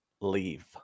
leave